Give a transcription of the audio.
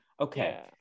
Okay